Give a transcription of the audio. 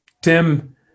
Tim